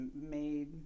made